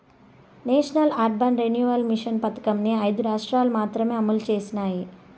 national urban renewal mission పథకంని ఐదు రాష్ట్రాలు మాత్రమే అమలు చేసినాయి